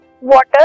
water